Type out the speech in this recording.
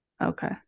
Okay